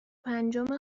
پنجم